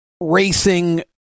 racing